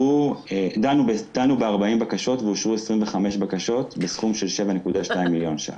דנו ב-40 בקשות ואושרו 25 בקשות בסכום של 7.2 מיליון ש"ח.